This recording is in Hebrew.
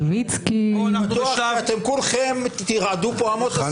הייתי בטוח שיירעדו אמות הסיפים.